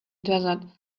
desert